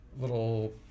little